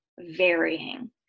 varying